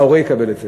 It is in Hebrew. ההורה יקבל את זה.